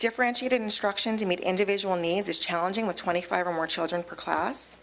differentiated instruction to meet individual means it's challenging with twenty five or more children per class